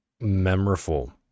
memorable